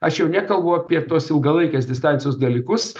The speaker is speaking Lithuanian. aš jau nekalbu apie tos ilgalaikės distancijos dalykus